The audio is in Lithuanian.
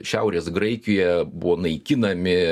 šiaurės graikijoje buvo naikinami